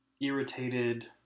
irritated